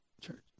church